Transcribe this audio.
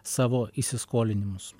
savo įsiskolinimus